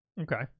okay